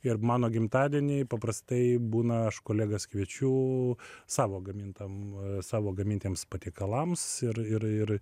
ir mano gimtadieniai paprastai būna aš kolegas kviečiu savo gamintam savo gamintiems patiekalams ir ir ir